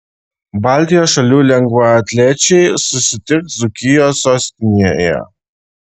baltijos šalių lengvaatlečiai susitiks dzūkijos sostinėje